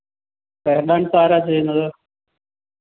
സാറാണോ ചെയ്യുന്നത്